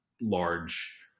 large